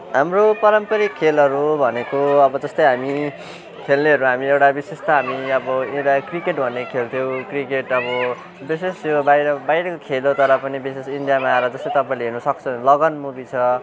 हाम्रो पारम्परिक खेलहरू भनेको अब जस्तै हामी खेल्नेहरू हामी एउटा विशेष त हामी अब एउटा क्रिकेट भन्ने खेल्थ्यौँ क्रिकेट अब विशेष यो बाहिर बाहिरको खेल हो तर पनि विशेष इन्डियामा आएर जस्तो तपाईँले हेर्नसक्छ लगान मुबी छ